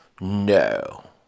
No